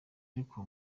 ariko